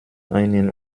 einen